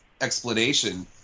explanation